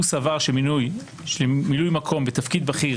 הוא סבר שמינוי של מילוי מקום בתפקיד בכיר